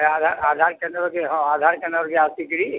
ଆଧାର୍ କେନ୍ଦ୍ର ହଁ ଆଧାର କେନ୍ଦ୍ର କେ ଆସିକିରି